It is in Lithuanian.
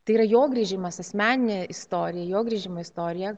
tai yra jo grįžimas asmeninė istorija jo grįžimo istorija